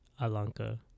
alanka